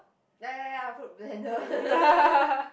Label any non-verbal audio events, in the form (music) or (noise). ya ya ya fruit blender (laughs)